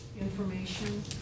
information